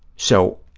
so,